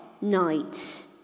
night